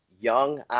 young